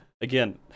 again